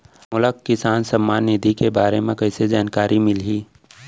मोला किसान सम्मान निधि के बारे म कइसे जानकारी मिलही?